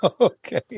Okay